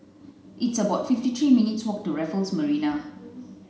it's about fifty three minutes' walk to Raffles Marina